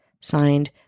signed